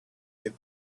get